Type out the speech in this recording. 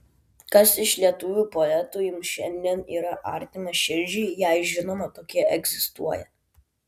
kas iš lietuvių poetų jums šiandien yra artimas širdžiai jei žinoma tokie egzistuoja